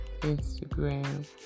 Instagram